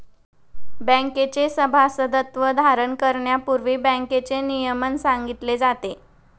बँकेचे सभासदत्व धारण करण्यापूर्वी बँकेचे नियमन सांगितले जाते